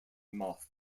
moth